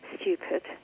stupid